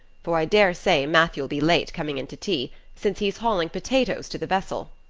for i daresay matthew ll be late coming in to tea since he's hauling potatoes to the vessel.